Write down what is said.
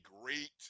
great